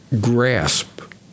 grasp